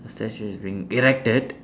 a statue is being erected